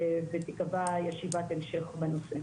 ותיקבע ישיבת המשך בנושא.